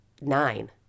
nine